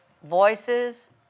Voices